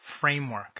framework